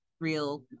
real